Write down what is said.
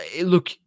look